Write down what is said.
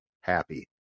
happy